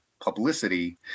publicity